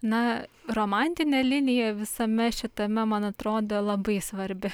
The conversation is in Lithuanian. na romantinė linija visame šitame man atrodo labai svarbi